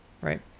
right